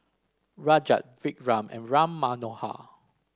Rajat Vikram and Ram Manohar